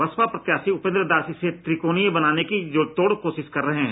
बसपा प्रत्यासी उपेन्द्र दास इसे त्रिकोणीय बनाने का जी तोड़ कोशिश कर रहे है